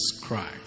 Christ